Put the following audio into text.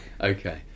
okay